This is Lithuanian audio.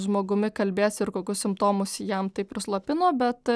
žmogumi kalbės ir kokius simptomus jam tai prislopino bet